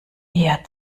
eher